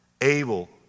Abel